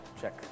Check